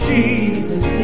Jesus